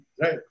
right